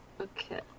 Okay